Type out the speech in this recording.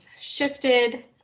shifted